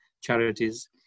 charities